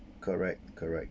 correct correct